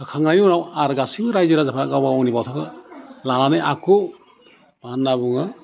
होखांनायनि उनाव आरो गासैबो रायजो राजाफ्रा गावगावनि बाथौखौ लानानै आखौ मा होन्ना बुङो